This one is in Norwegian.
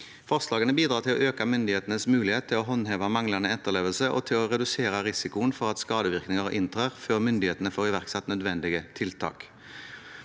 Forslagene bidrar til å øke myndighetenes mulighet til å håndheve manglende etterlevelse og til å redusere risikoen for at skadevirkninger inntrer før myndighetene får iverksatt nødvendige tiltak.